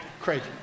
Crazy